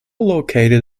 located